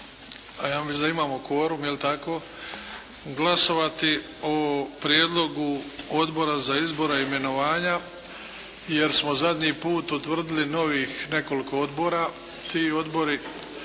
a ja mislim da imamo kvorum jel' tako, glasovati o prijedlogu Odbora za izbor i imenovanja, jer smo zadnji puta utvrdili novih nekoliko odbora. Ti odbori